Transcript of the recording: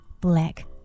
black